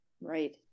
Right